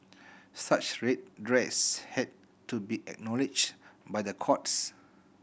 such redress had to be acknowledged by the courts